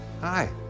hi